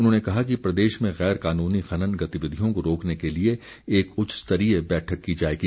उन्होंने कहा कि प्रदेश में गैर कानूनी खनन गतिविधियों को रोकने के लिए एक उच्च स्तरीय बैठक की जाएगी